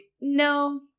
no